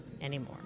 anymore